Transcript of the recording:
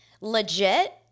legit